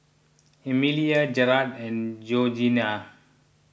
Emelia Jarrad and Georgene